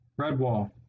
Redwall